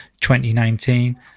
2019